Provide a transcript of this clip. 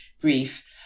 brief